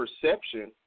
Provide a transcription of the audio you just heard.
perception